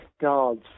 guards